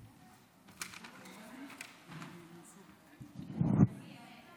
חבריי חברי הכנסת, אני רואה את הצעת האי-אמון